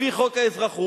לפי חוק האזרחות,